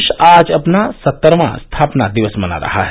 प्रदेश आज अपना सत्तरवां स्थापना दिवस मना रहा है